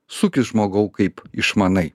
sukis žmogau kaip išmanai